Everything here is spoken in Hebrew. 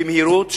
במהירות,